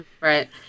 Right